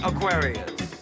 Aquarius